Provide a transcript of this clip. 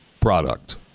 product